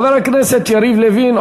חבר הכנסת יריב לוין.